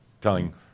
telling